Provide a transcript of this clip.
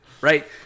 right